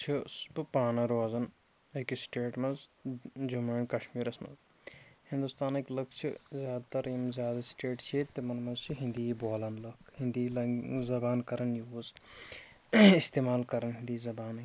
چھُس بہٕ پانہٕ روزان أکِس سٕٹیٹ منٛز جموں اینٛڈ کَشمیٖرَس منٛز ہِنٛدُستانٕکۍ لٕک چھِ زیادٕ تَر یِم زیادٕ سٕٹیٹ چھِ ییٚتہِ تِمَن منٛز چھِ ہِندی یی بولان لُک ہِندی یی لَنٛگ زبان کَران یوٗز اِستعمال کَران ہِندی زَبانٕے